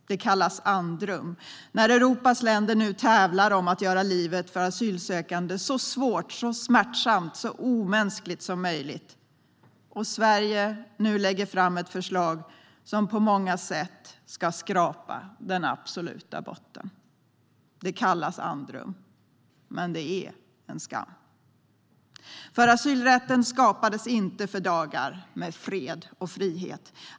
Det kallas andrum när Europas länder nu tävlar om att göra livet för asylsökande så svårt, smärtsamt och omänskligt som möjligt. Och nu lägger Sverige fram ett förslag som på många sätt ska skrapa den absoluta botten. Det kallas andrum, men det är en skam. För asylrätten skapades inte för dagar med fred och frihet.